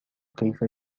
كيف